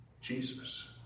Jesus